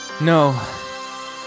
No